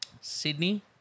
Sydney